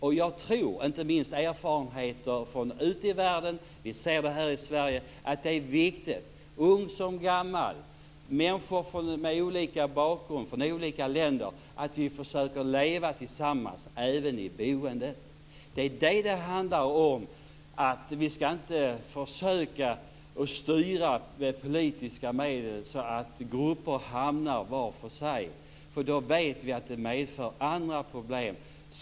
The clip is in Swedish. Men jag vill säga att erfarenheter inte minst utifrån världen, men även från Sverige, visar att det är viktigt att unga och gamla, människor med olika bakgrund och från olika länder försöker leva tillsammans även i boendet. Det är det det handlar om. Vi skall inte försöka att med politiska medel styra så att grupper hamnar var för sig. Vi vet att det senare medför andra problem.